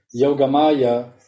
Yogamaya